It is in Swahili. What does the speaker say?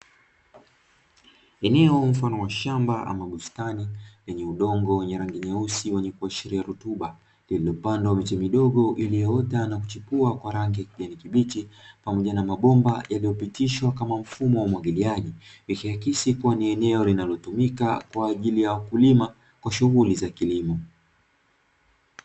Eneo mfano wa shamba ama bustani lenye udongo wenye rangi nyeusi wenye kuashiria rutuba, lililopandwa miche midogo iliyoota na kuchipua kwa rangi ya kijani kibichi, pamoja na mabomba yaliyopitishwa kama mfumo wa umwagiliaji likiakisi kuwa ni eneo linalotumika kwa ajili ya wakulima kwa shughuli za kilimo.